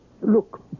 Look